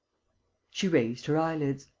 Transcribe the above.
she raised her eyelids.